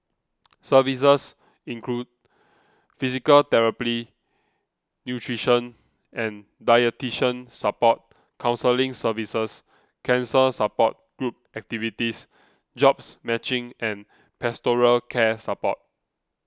services include physical therapy nutrition and dietitian support counselling services cancer support group activities jobs matching and pastoral care support